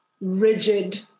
rigid